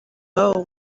ababo